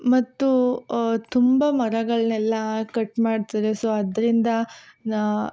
ಮತ್ತು ತುಂಬ ಮರಗಳನ್ನೆಲ್ಲ ಕಟ್ ಮಾಡ್ತಾರೆ ಸೊ ಆದ್ರಿಂದ ನಾ